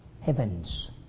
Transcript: heavens